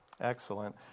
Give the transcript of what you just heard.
Excellent